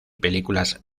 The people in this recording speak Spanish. películas